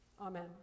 Amen